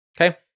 okay